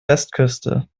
westküste